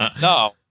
no